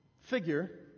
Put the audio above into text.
figure